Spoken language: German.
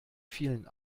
vielen